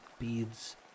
beads